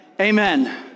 Amen